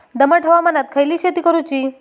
दमट हवामानात खयली शेती करूची?